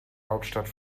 hauptstadt